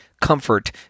comfort